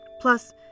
Plus